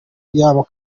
yabo